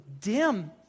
dim